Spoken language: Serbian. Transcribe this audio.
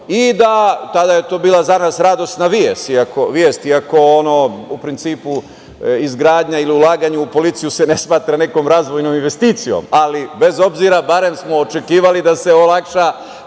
Tada je to bila za nas radosna vest, iako u principu izgradnja ili ulaganje u policiju se ne smatra nekom razvojnom investicijom, ali bez obzira, barem smo očekivali da se ovo olakša,